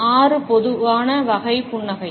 ஆறு பொதுவான வகை புன்னகை